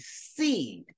seed